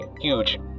huge